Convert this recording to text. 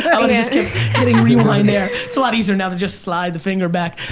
i would've just kept hitting rewind there. it's a lot easier now to just slide the finger back.